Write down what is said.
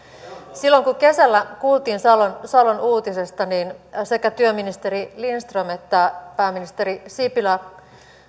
silloin kun kesällä kuultiin salon salon uutisesta niin sekä työministeri lindström että pääministeri sipilä